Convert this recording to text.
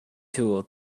tool